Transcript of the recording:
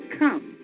come